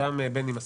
שגם בני מסכים.